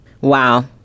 Wow